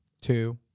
two